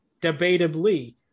debatably